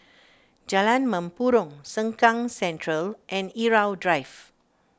Jalan Mempurong Sengkang Central and Irau Drive